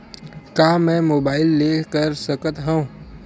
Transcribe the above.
का मै मोबाइल ले कर सकत हव?